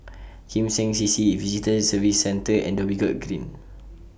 Kim Seng C C Visitor Services Centre and Dhoby Ghaut Green